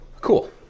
Cool